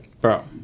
Bro